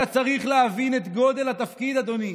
אתה צריך להבין את גודל התפקיד, אדוני.